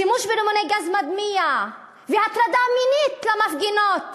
שימוש ברימוני גז מדמיע והטרדה מינית של מפגינות,